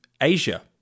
Asia